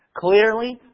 Clearly